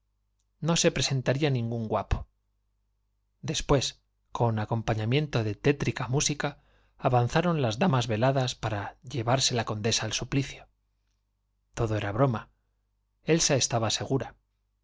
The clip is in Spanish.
memor ia ópera taría ningún guapo después con acompañamiento de tétrica música avanzaron las damas veladas para llevarse la condesa al suplicio todo era broma eisa estaba segura pero